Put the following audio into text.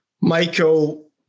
Michael